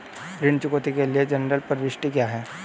ऋण चुकौती के लिए जनरल प्रविष्टि क्या है?